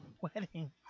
wedding